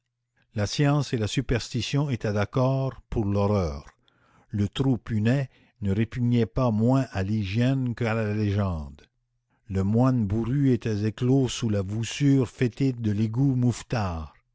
la science et la superstition étaient d'accord pour l'horreur le trou punais ne répugnait pas moins à l'hygiène qu'à la légende le moine bourru était éclos sous la voussure fétide de l'égout